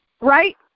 right